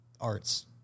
arts